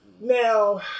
Now